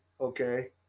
okay